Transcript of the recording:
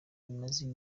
bimaze